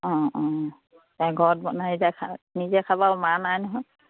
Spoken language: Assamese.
অঁ অঁ ঘৰত বনাই নিজেই খাবা মা নাই নহয়